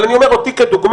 אבל אני אומר אותי כדוגמה,